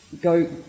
go